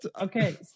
Okay